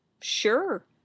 sure